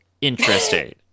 Interesting